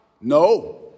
No